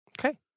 Okay